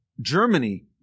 Germany